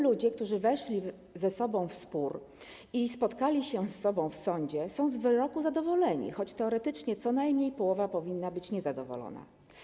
Ludzie, którzy weszli ze sobą w spór i spotkali się ze sobą w sądzie, są zatem z wyroku zadowoleni, choć teoretycznie co najmniej połowa powinna być niezadowolona.